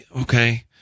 Okay